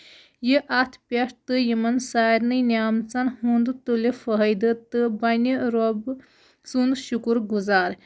یہِ اَتھ پٮ۪ٹھ تہٕ یِمن سارنی نیامژَن ہُند تُلہِ فٲیدٕ تہٕ بَنہِ رۄب سُند شُکُر گُزار